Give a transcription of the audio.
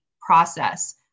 process